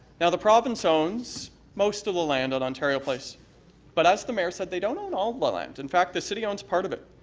now, the province owns most of the land at ontario place but as the mayor said they don't own all the land. in fact, the city owns part of it.